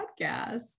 podcast